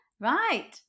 Right